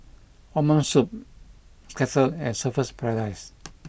O'ma Spoon Kettle and Surfer's Paradise